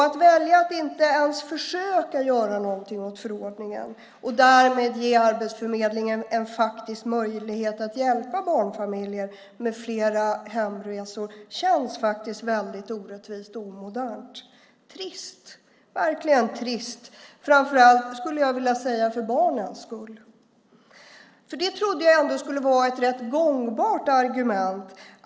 Att välja att inte ens försöka att göra någonting åt förordningen och därmed ge Arbetsförmedlingen en faktisk möjlighet att hjälpa barnfamiljer med flera hemresor känns väldigt orättvist och omodernt. Det är verkligen trist för framför allt barnens skull. Det trodde jag ändå skulle vara ett rätt gångbart argument.